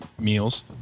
meals